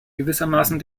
gewissermaßen